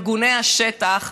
ארגוני השטח,